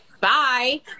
Bye